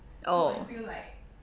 oh